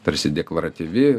tarsi deklaratyvi